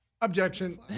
Objection